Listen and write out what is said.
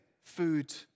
food